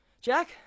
Jack